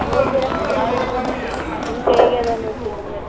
ನೋಡಿ ಝರ ಕಯ್ಯಾಗೆ ಅದಾವೆ ನೋಡಿರಿ ಇವಾಗ